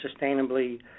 sustainably